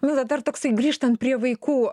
milda dar toksai grįžtant prie vaikų